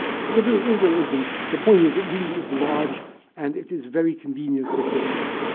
whether it is or isn't, the point is it really is large and it is very convenient for things.